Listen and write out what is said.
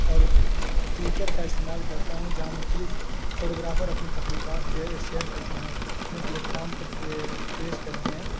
اور فلیکر کا استعمال کرتا ہوں جہاں مختلف فوٹوگرافر اپنی تخلیقات کے شیئر کرتے ہیں اور اپنے پلیٹفام پر پے پیش کرتے ہیں